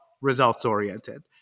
results-oriented